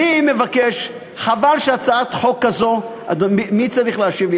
מי צריך להשיב לי?